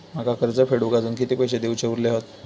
माका कर्ज फेडूक आजुन किती पैशे देऊचे उरले हत?